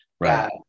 Right